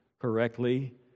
correctly